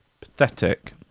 Pathetic